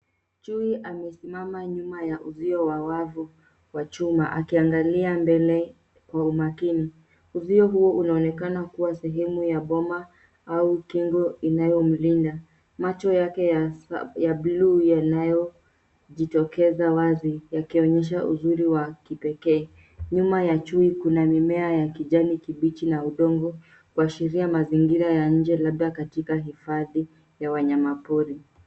Chui amesimama nyuma ya uzio wa wavu wa chuma akiangalia mbele kwa umakini. Uzio huo unaonekana kuwa sehemu ya boma au kingo inayomlinda. Macho yake ya blue yanayojitokeza wazi yakionyesha uzuri wa kipekee. Nyuma ya chui kuna mimea ya kijani kibichi na udongo kuashiria mazingira ya nje labda katika hifadhi ya wanyama pori.